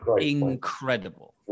incredible